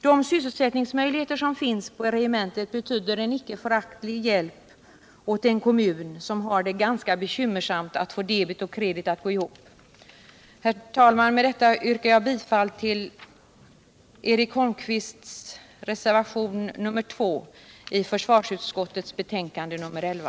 De sysselsättningsmöjligheter som finns på regementet betyder en icke föraktlig hjälp åt en kommun som har det ganska bekymmersamt att få debet och kredit att gå ihop. Herr talman! Med detta yrkar jag bifall till Eric Holmqvists reservation 2 i försvarsutskottets betänkande nr 11.